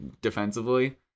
defensively